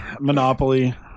Monopoly